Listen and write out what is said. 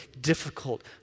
difficult